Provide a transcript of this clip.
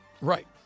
Right